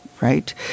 right